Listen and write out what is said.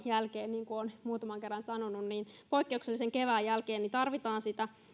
jälkeen niin kuin olen muutaman kerran sanonut poikkeuksellisen kevään jälkeen tarvitaan sitä